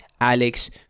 Alex